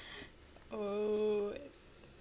oh